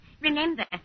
Remember